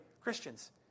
Christians